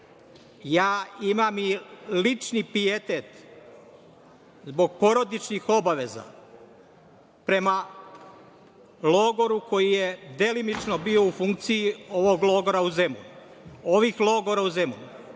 Imam i lični pijetet, zbog porodičnih obaveza prema logoru koji je delimično bio u funkciji ovih logora u Zemunu. Osim toga, pored